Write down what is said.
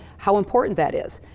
how important that is.